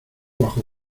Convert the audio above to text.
bajo